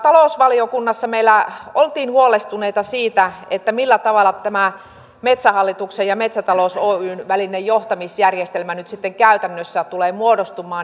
talousvaliokunnassa meillä oltiin huolestuneita siitä millä tavalla metsähallituksen ja metsätalous oyn välinen johtamisjärjestelmä nyt sitten käytännössä tulee muodostumaan